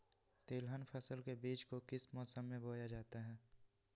तिलहन फसल के बीज को किस मौसम में बोया जाता है?